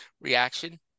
reaction